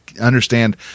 understand